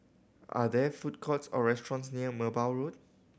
are there food courts or restaurants near Merbau Road